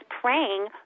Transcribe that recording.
praying